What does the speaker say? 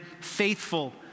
faithful